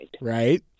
Right